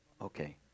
Okay